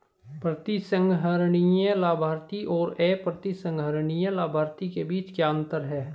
प्रतिसंहरणीय लाभार्थी और अप्रतिसंहरणीय लाभार्थी के बीच क्या अंतर है?